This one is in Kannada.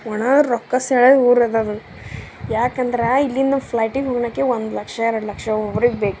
ಒಣ ರೊಕ್ಕಸೆಳೆದ ಊರ ಯಾಕೆಂದ್ರ ಇಲ್ಲಿನವು ಫ್ಲೈಟಿಗೆ ಹೋಗ್ಲಿಕ್ಕೆ ಒಂದು ಲಕ್ಷ ಎರಡು ಲಕ್ಷ ಒಬ್ರಿಗೆ ಬೇಕು